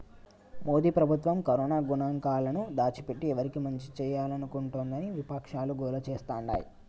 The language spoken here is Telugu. మోదీ ప్రభుత్వం కరోనా గణాంకాలను దాచిపెట్టి ఎవరికి మంచి చేయాలనుకుంటోందని విపక్షాలు గోల చేస్తాండాయి